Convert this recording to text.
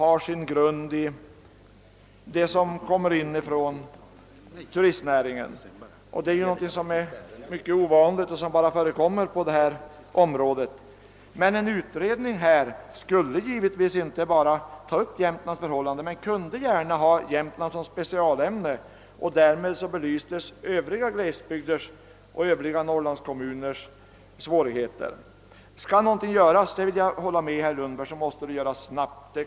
Att en enda näring svarar för så stor del av skatteunderlaget förekommer ju bara i detta område. — En utredning skulle givetvis inte bara undersöka Jämtlands förhållanden men kunde gärna ha Jämtland som specialämne. Därmed skulle övriga norrlandskommuner och över huvud taget övriga glesbygders svårigheter belysas. Skall något göras måste det göras snabbt — det håller jag med herr Lundberg om.